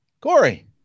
Corey